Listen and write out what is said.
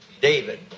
David